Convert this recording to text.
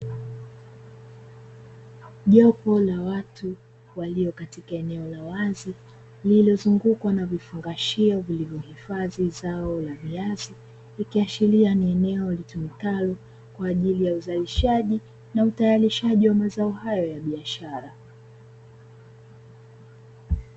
Jopo la watu walio katika eneo la wazi lililozungukwa na vifungshio vilivyohifadhi zao la viazi ikiashiria ni eneo litumikalo kwa ajili ya uzalishaji na utayarishaji wa mazao hayo ya biashara.